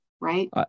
right